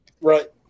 right